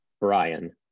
Brian